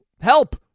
help